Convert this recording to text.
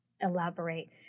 elaborate